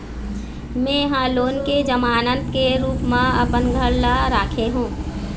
में ह लोन के जमानत के रूप म अपन घर ला राखे हों